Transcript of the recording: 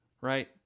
right